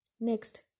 next